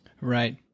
Right